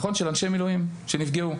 של אנשי מילואים שנפגעו.